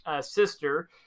sister